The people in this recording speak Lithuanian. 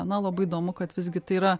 na labai įdomu kad visgi tai yra